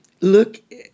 Look